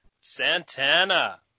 Santana